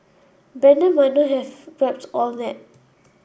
Brandon might not have grasped all that